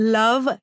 love